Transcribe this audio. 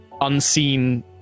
unseen